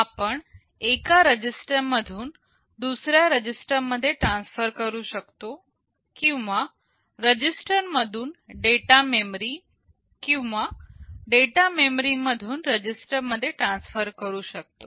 आपण एका रजिस्टर मधून दुसऱ्या रजिस्टर मध्ये ट्रांसफर करू शकतो किंवा रजिस्टर मधून डेटा मेमरी किंवा डेटा मेमरी मधून रजिस्टर मध्ये ट्रांसफर करू शकतो